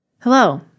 Hello